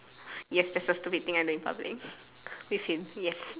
yes that's a stupid thing I do in public with him yes